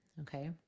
Okay